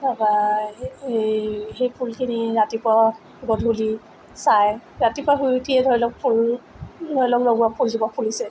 তাৰপৰা এই সেই ফুলখিনি ৰাতিপুৱা গধূলি চাই ৰাতিপুৱা শুই উঠিয়ে ধৰি লওক ফুল ধৰি লওক লগোৱা ফুলজোপা ফুলিছে